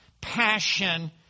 passion